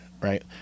Right